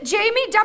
Jamie